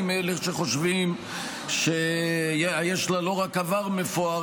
אני מאלה שחושבים שיש לה לא רק עבר מפואר,